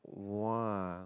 !wah!